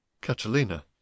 Catalina